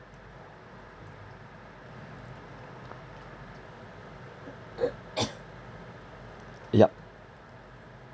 yup